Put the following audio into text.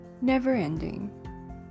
never-ending